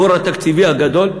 הבור התקציבי הגדול,